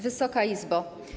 Wysoka Izbo!